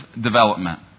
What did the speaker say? development